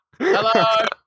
Hello